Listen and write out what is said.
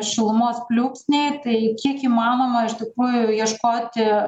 šilumos pliūpsniai tai kiek įmanoma iš tikrųjų ieškoti